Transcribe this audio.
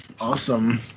awesome